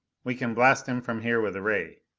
we can blast him from here with a ray.